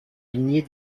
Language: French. lignée